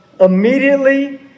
Immediately